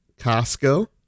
Costco